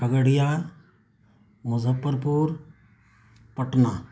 Khagaria Muzaffarpur Patna